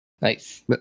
Nice